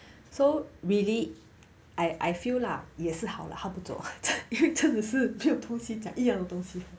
so really I I feel lah 也是好好不多因为真的是没有东西讲一样东西